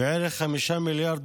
בערך 5 מיליארד